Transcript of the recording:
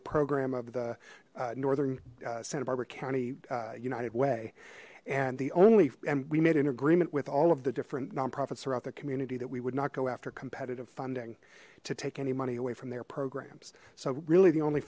a program of the northern santa barbara county united way and the only and we made an agreement with all of the different nonprofits throughout the community that we would not go after competitive funding to take any money away from their programs so really the only